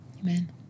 Amen